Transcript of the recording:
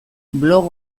blog